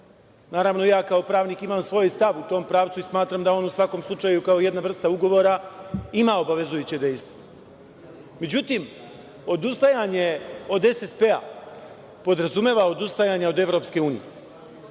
naravno, ja kao pravnik imam svoj stav u tom pravcu i smatram da on u svakom slučaju kao jedna vrsta ugovora ima obavezujuće dejstvo. Međutim, odustajanje od SSP podrazumeva odustajanje od EU, podrazumeva